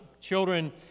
children